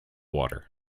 water